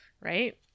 right